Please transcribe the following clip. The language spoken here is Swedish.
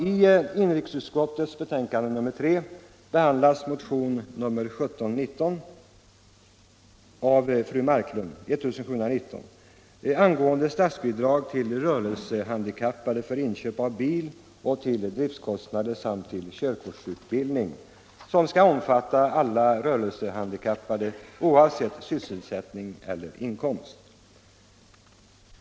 I inrikesutskottets betänkande nr 3 behandlas motionen 1719 av fru Marklund m.fl. angående rätt till statsbidrag för inköp av bil och till driftkostnader samt till körkortsutbildning för alla rörelsehandikappade oavsett sysselsättning eller inkomst.